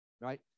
right